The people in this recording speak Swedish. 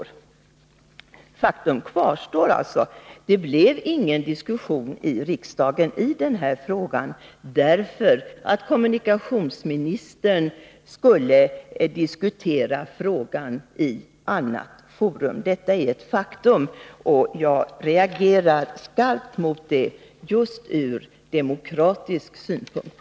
Nr 58 Faktum kvarstår alltså: Det blev ingen diskussion i riksdagen i den här frågan, därför att kommunikationsministern skulle diskutera frågan i annat forum. Jag reagerar starkt mot det från just demokratisk synpunkt.